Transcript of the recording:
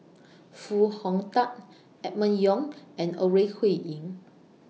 Foo Hong Tatt Emma Yong and Ore Huiying